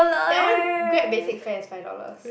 that one Grab basic fare is five dollars